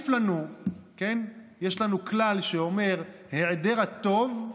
יש לנו כלל שאומר: היעדר הטוב,